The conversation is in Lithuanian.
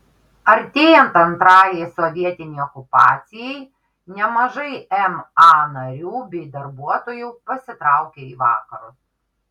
artėjant antrajai sovietinei okupacijai nemažai ma narių bei darbuotojų pasitraukė į vakarus